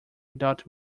without